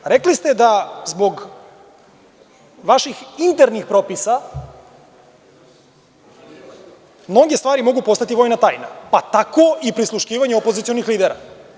Rekli ste da zbog vaših internih propisa mnoge stvar mogu postati vojna tajna, pa tako i prisluškivanje opozicionih lidera.